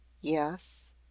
YES